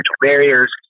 barriers